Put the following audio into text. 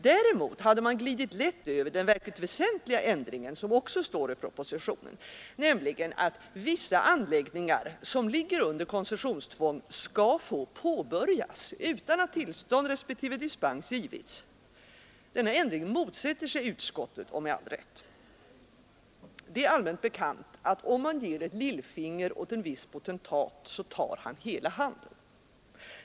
Däremot hade man glidit lätt över den verkligt väsentliga ändringen, som också står i propositionen, nämligen att vissa anläggningar som ligger under koncessionstvång skall få påbörjas utan att tillstånd respektive dispenser givits. Denna ändring motsätter sig utskottet — med all rätt. Det är allmänt bekant, att om man ger ett lillfinger åt en viss potentat, tar han hela handen.